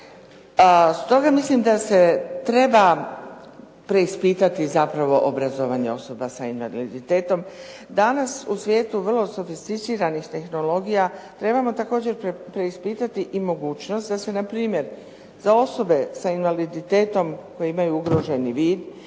Stoga mislim da se treba preispitati zapravo obrazovanje osoba s invaliditetom. Danas u svijetu vrlo sofisticiranih tehnologija trebamo također preispitati i mogućnost da se npr. za osobe s invaliditetom koje imaju ugroženi vid